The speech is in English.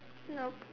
nope